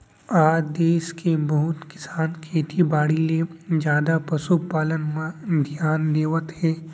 आज देस के बहुत किसान खेती बाड़ी ले जादा पसु पालन म धियान देवत हें